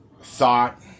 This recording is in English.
thought